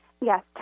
Yes